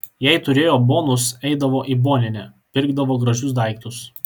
jei turėjo bonus eidavo į boninę pirkdavo gražius daiktus